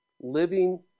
living